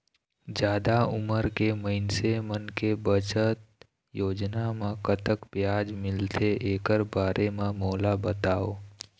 जादा उमर के मइनसे मन के बचत योजना म कतक ब्याज मिलथे एकर बारे म मोला बताव?